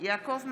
יעקב מרגי,